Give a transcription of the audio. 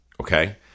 okay